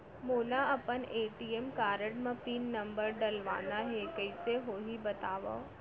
मोला अपन ATM card म पिन नंबर डलवाना हे कइसे होही बतावव?